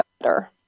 better